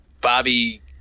Bobby